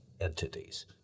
entities